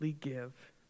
give